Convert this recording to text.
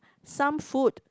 some food